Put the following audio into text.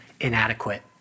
inadequate